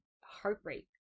heartbreak